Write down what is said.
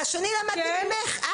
והשני למדתי ממך,